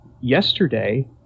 yesterday